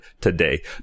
today